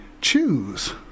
choose